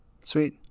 sweet